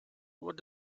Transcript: what